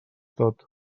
tot